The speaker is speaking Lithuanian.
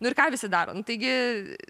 nu ir ką visi daro nu taigi